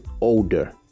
older